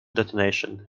detonation